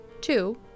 Two